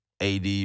AD